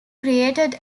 created